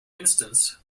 instance